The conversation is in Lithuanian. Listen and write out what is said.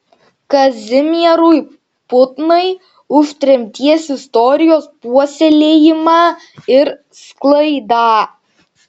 kazimierui putnai už tremties istorijos puoselėjimą ir sklaidą